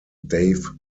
dave